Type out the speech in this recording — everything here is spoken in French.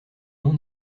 non